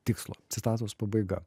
tikslo citatos pabaiga